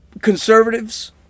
conservatives